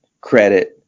credit